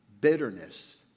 bitterness